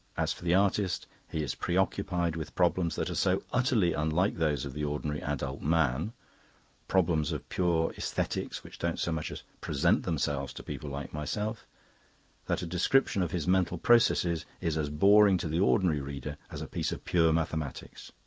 as for the artist, he is preoccupied with problems that are so utterly unlike those of the ordinary adult man problems of pure aesthetics which don't so much as present themselves to people like myself that a description of his mental processes is as boring to the ordinary reader as a piece of pure mathematics.